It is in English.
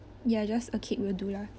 ya just a cake will do lah